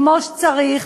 כמו שצריך,